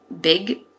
big